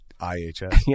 IHS